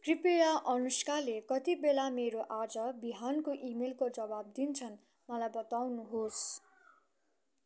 कृपाय अनुष्काले कति बेला मेरो आज बिहानको इमेलको जवाब दिनछन् मलाई बताउनुहोस्